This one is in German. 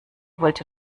wollte